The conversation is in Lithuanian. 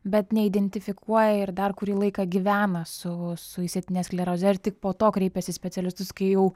bet neidentifikuoja ir dar kurį laiką gyvena su su išsėtine skleroze ir tik po to kreipias į specialistus kai jau